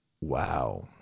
wow